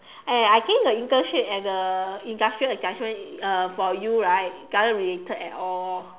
eh I think the internship and the industrial attachment uh for you right doesn't related at all lor